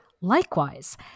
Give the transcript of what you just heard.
Likewise